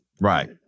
right